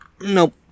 nope